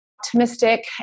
optimistic